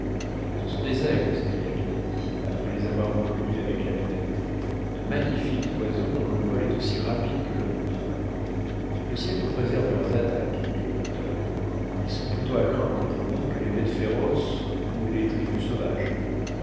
ce sont des aigles s'écria kennedy après les avoir reconnus avec la lunette de magnifiques oiseaux dont le vol est aussi rapide que le notre le ciel nous préserve de leurs attaques dit le docteur ils sont plutôt à craindre pour nous que les bêtes féroces ou les tribus sauvages